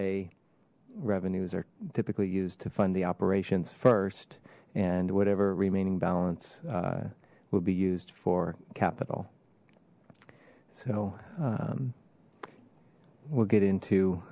a revenues are typically used to fund the operations first and whatever remaining balance will be used for capital so we'll get into